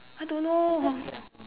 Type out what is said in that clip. I don't know